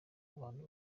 abantu